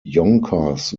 yonkers